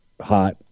hot